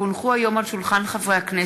כי הונחו היום על שולחן הכנסת,